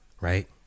right